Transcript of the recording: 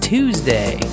Tuesday